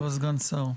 הוא לא סגן שר.